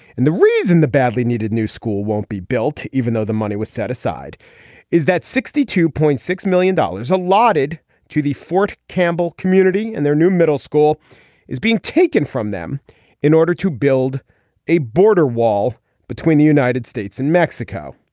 and the reason the badly needed new school won't be built. even though the money was set aside is that sixty two point six million dollars allotted to the fort campbell community and their new middle school is being taken from them in order to build a border wall between the united states and mexico.